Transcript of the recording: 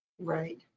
Right